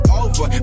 over